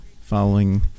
following